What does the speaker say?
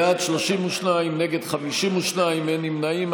בעד, 32, נגד, 52, אין נמנעים.